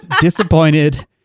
disappointed